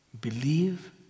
Believe